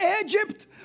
Egypt